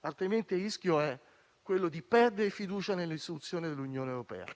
altrimenti il rischio è perdere fiducia nelle istituzioni dell'Unione europea.